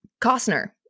Costner